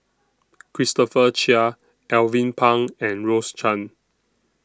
Christopher Chia Alvin Pang and Rose Chan